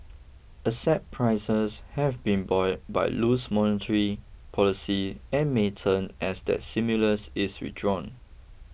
asset prices have been buoyed by loose monetary policy and may turn as that stimulus is withdrawn